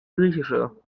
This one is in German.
griechische